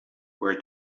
were